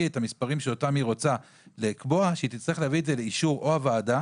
את המספרים שאותם היא רוצה לקבוע לאישור של הוועדה,